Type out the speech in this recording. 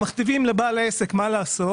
מכתיבים לבעל העסק מה לעשות,